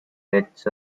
heads